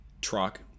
truck